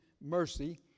mercy